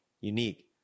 unique